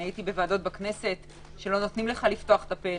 הייתי בוועדות בכנסת שלא נותנים לך לפתוח את הפה,